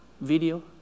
video